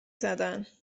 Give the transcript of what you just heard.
زدن